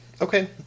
Okay